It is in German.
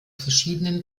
verschiedenen